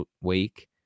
week